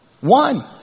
One